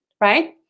right